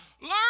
learn